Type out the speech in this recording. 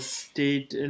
state